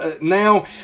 now